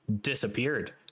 disappeared